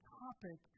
topic